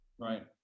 Right